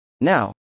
Now